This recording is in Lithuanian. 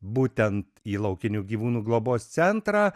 būtent į laukinių gyvūnų globos centrą